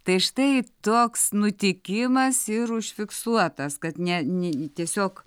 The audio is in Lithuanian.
tai štai toks nutikimas ir užfiksuotas kad ne ne tiesiog